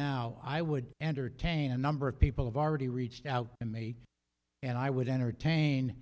now i would entertain a number of people have already reached out to me and i would entertain